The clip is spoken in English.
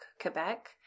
Quebec